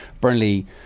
Burnley